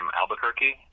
Albuquerque